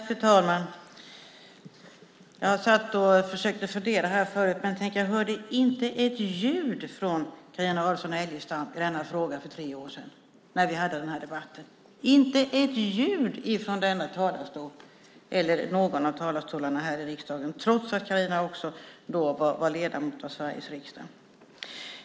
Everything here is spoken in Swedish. Fru talman! Jag försökte fundera på det förut, men tänk, jag hörde inte ett ljud från Carina Adolfsson Elgestam i denna fråga för tre år sedan när vi hade den här debatten. Det hördes inte ett ljud från någon av talarstolarna här i riksdagen, trots att Carina också då var ledamot av Sveriges riksdag.